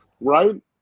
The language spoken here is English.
Right